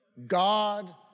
God